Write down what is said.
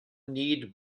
need